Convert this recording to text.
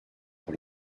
pour